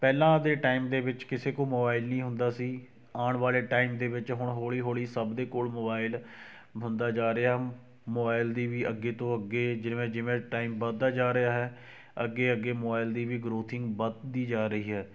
ਪਹਿਲਾਂ ਦੇ ਟਾਈਮ ਦੇ ਵਿੱਚ ਕਿਸੇ ਕੋਲ ਮੋਬਾਈਲ ਨਹੀਂ ਹੁੰਦਾ ਸੀ ਆਉਣ ਵਾਲੇ ਟਾਈਮ ਦੇ ਵਿੱਚ ਹੁਣ ਹੌਲੀ ਹੌਲੀ ਸਭ ਦੇ ਕੋਲ ਮੋਬਾਈਲ ਹੁੰਦਾ ਜਾ ਰਿਹਾ ਮੋਬਾਈਲ ਦੀ ਵੀ ਅੱਗੇ ਤੋਂ ਅੱਗੇ ਜਿਵੇਂ ਜਿਵੇਂ ਟਾਈਮ ਵੱਧਦਾ ਜਾ ਰਿਹਾ ਹੈ ਅੱਗੇ ਅੱਗੇ ਮੋਬਾਈਲ ਦੀ ਵੀ ਗਰੋਥਿੰਗ ਵੱਧਦੀ ਜਾ ਰਹੀ ਹੈ